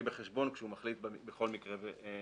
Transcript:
בחשבון כשהוא מחליט בכל מקרה ומקרה.